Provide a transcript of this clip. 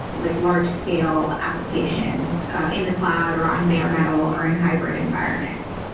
like large scale applications in the cloud or on bare metal or in hybrid environments.